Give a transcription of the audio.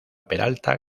peralta